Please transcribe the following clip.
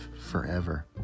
forever